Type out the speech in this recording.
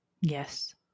Yes